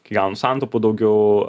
kai gaunu santaupų daugiau